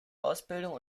ausbildung